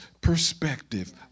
perspective